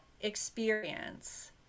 experience